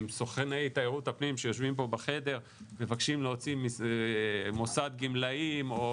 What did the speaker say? אם סוכני תיירות הפנים שיושבים פה בחדר מבקשים להוציא מוסד גמלאים או